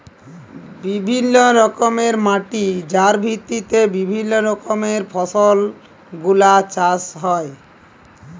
বিভিল্য রকমের মাটি যার ভিত্তিতে বিভিল্য রকমের ফসল গুলা চাষ হ্যয়ে